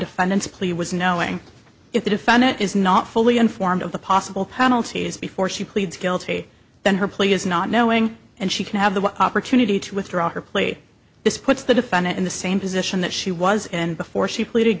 plea was knowing if the defendant is not fully informed of the possible penalties before she pleads guilty then her plea is not knowing and she can have the opportunity to withdraw her plea this puts the defendant in the same position that she was in before she pleaded